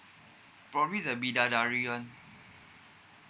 probably the bidadari one